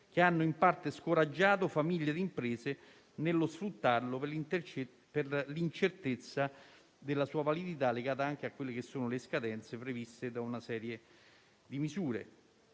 che hanno in parte scoraggiato famiglie e imprese nello sfruttarlo per l'incertezza della sua validità, legata anche alle scadenze previste da una serie di misure.